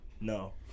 No